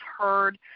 heard